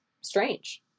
strange